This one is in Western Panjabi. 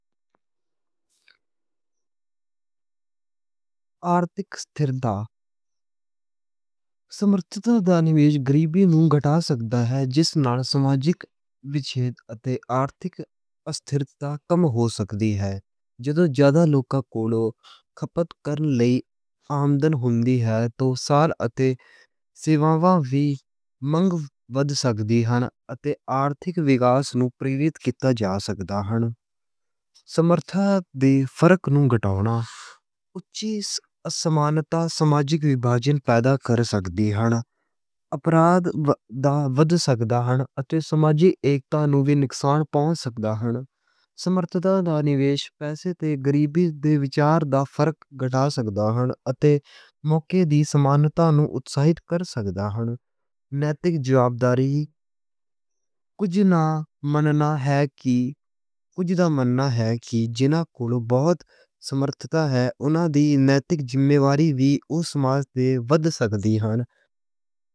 آرتھک ستھرتا اتے سمرتھتا غریبی نوں گھٹا سکدی ہے۔ جس نال سماجک وِشمتا اتے آرتھک ستھرتا کم ہو سکدی ہے۔ جدوں زیادہ لوکاں کول کھپت لئی آمدن ہوندی ہے۔ تاں سارے تے سیوائیں وی منگ ودھ سکدی ہن۔ اتے آرتھک وکاس نوں پروتساہت کِتا جا سکدا ہے۔ سمرتھتا تے فرق نوں گھٹا کے، اچھی سمانتا سماجک ویبھجن پیدا کر سکدی ہے۔ اپرگتی ودھ سکدی ہے اتے سماج اِکتاہی نوں وی نقصان پہنچ سکدا ہے۔ سمرتھن دا نویش پیسے تے گریبی تے وادھا کر سکدا ہے۔ اوہدے موقعے دی سمانتا نوں تسلیم کر سکدا ہے، نیتک جمہوری ذمہ داری ہی کجھ نہ مننا ہے۔ کی کجھ نہ مننا ہے کہ جنہاں کول بہت سمرتھتا ہے۔ اوہناں دی نیتک ذمہ واری وی اس سماج وِچ ہونی چاہیدی ہے۔